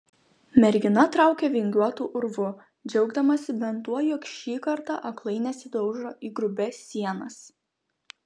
mergina traukė vingiuotu urvu džiaugdamasi bent tuo jog šį kartą aklai nesidaužo į grubias sienas